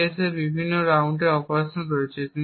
AES এর বিভিন্ন রাউন্ডের অপারেশন রয়েছে